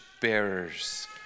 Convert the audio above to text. bearers